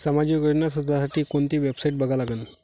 सामाजिक योजना शोधासाठी कोंती वेबसाईट बघा लागन?